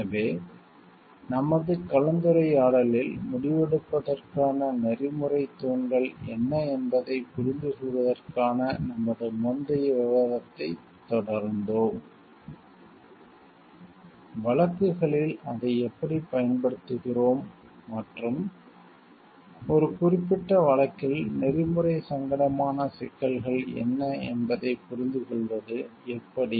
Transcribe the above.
எனவே நமது கலந்துரையாடலில் முடிவெடுப்பதற்கான நெறிமுறைத் எதிக்ஸ் தூண்கள் என்ன என்பதைப் புரிந்துகொள்வதற்கான நமது முந்தைய விவாதத்தைத் தொடர்ந்தோம் வழக்குகளில் அதை எப்படிப் பயன்படுத்துகிறோம் மற்றும் ஒரு குறிப்பிட்ட வழக்கில் நெறிமுறை எதிக்ஸ் சங்கடமான சிக்கல்கள் என்ன என்பதைப் புரிந்துகொள்வது எப்படி